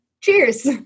Cheers